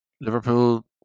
Liverpool